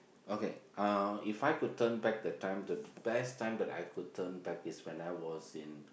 okay If I could turn back the time the best time that I could turn back is when I was in